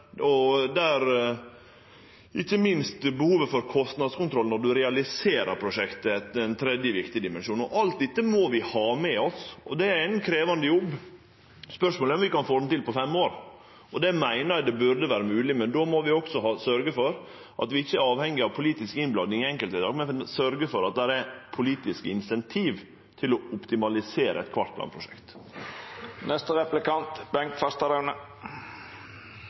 gjerast, der Kommunaldepartementet har nokre interesser, der klima- og miljøinteressene er nokre andre, og der ikkje minst behovet for kostnadskontroll når ein realiserer prosjektet, er ein tredje viktig dimensjon. Alt dette må vi ha med oss, og det er ein krevjande jobb. Spørsmålet er om vi kan få det til på fem år. Det meiner eg burde vere mogeleg, men då må vi sørgje for at vi ikkje er avhengige av politisk innblanding i enkeltvedtak, men at det er politiske incentiv til å optimalisere